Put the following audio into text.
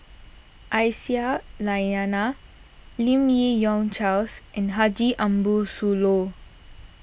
Aisyah Lyana Lim Yi Yong Charles and Haji Ambo Sooloh